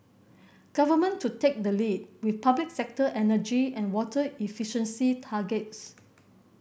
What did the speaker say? government to take the lead with public sector energy and water efficiency targets